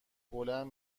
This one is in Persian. بلند